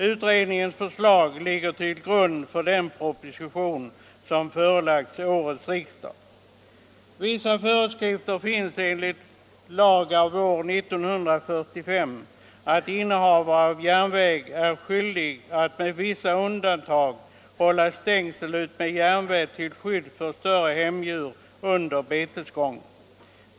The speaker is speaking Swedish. Utredningens förslag ligger till grund för den proposition som förelagts årets riksdag. Vissa föreskrifter finns enligt lag av år 1945 om att innehavare av järnväg är skyldig att med vissa undantag hålla stängsel utmed järnväg till skydd för större hemdjur under betesgång.